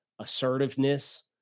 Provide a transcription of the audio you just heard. assertiveness